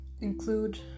include